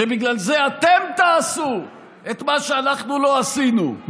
שבגלל זה אתם תעשו את מה שאנחנו לא עשינו.